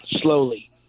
slowly